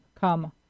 come